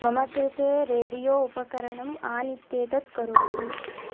मम कृते रेडियो उपकरणम् आन् इत्येतत् करोतु